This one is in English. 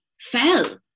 fell